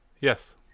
Yes